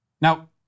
Now